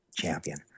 champion